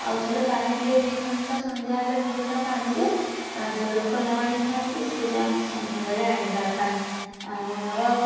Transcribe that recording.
ଆଉ ଥରେ ପାଣି ଦିଏ ଦୁଇ ଘଣ୍ଟା ସନ୍ଧ୍ୟା ହେଲେ ଦୁଇ ଘଣ୍ଟା ପାଣି ଦିଏ ଆ ଯେଉଁ ଲୋକ ନ ଆଣିଥାନ୍ତି ସେ ଯାଆନ୍ତି ସନ୍ଧ୍ୟା ବେଳେ ଆଣିବା ପାଇଁ ଆଉ ଆମର